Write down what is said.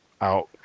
out